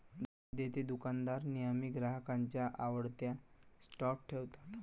देतेदुकानदार नेहमी ग्राहकांच्या आवडत्या स्टॉप ठेवतात